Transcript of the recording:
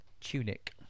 tunic